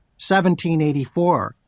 1784